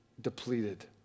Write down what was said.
depleted